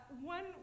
one